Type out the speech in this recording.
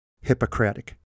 Hippocratic